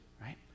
right